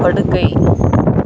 படுக்கை